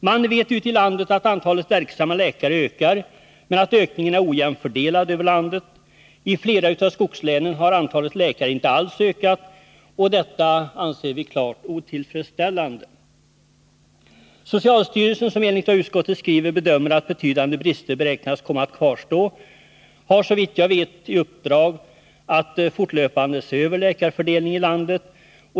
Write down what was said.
Man vet ute i landet att antalet verksamma läkare ökar men att ökningen är ojämnt fördelad över landet. I flera av skogslänen har antalet läkare inte ökat alls. Detta anser vi är klart otillfredsställande. Socialstyrelsen, som enligt vad utskottet skriver bedömer att betydande brister beräknas komma att kvarstå, har, såvitt jag vet, i uppdrag att fortlöpande se över läkarfördelningen i landet.